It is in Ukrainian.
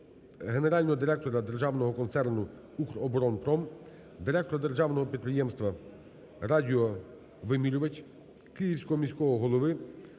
генерального директора Державного концерну "Укроборонпром", директора Державного підприємства "Радіовимірювач", Київського міського голови